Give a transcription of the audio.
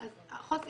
משפט סיום.